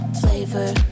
flavor